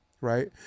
right